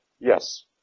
Yes